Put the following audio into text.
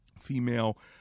female